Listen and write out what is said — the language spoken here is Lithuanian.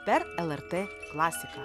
per lrt klasiką